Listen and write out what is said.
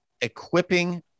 equipping